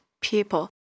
people